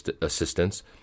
assistance